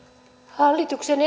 hallituksen